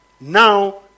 Now